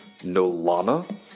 Nolana